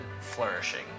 flourishing